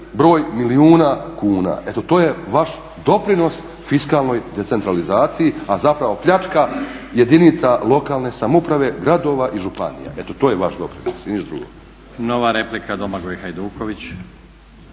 broj milijuna kuna. Eto to je vaš doprinos fiskalnoj decentralizaciji, a zapravo pljačka jedinica lokalne samouprave, gradova i županija. Eto to je vaš doprinos i ništa drugo. **Stazić, Nenad (SDP)**